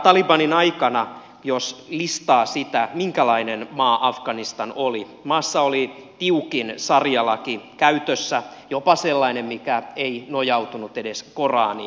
talibanin aikana jos listaa sitä minkälainen maa afganistan oli maassa oli tiukin saria laki käytössä jopa sellainen mikä ei nojautunut edes koraaniin